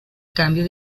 cambio